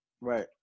Right